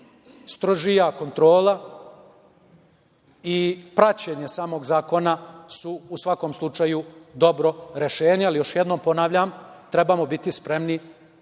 Strožija kontrola i praćenje samog zakona su u svakom slučaju dobro rešenje, ali, još jednom ponavljam, trebamo biti spremni,